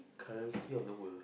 currency of the world